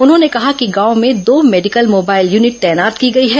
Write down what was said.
उन्होंने कहा कि गांव में दो मेडिकल मोबाइल यूनिट तैनात की गई है